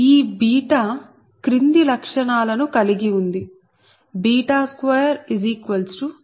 ఈ 𝛽 క్రింది లక్షణాలను కలిగి ఉంది 𝛽 2ej240e j120𝛽